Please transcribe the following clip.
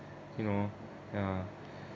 you know ya